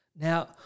Now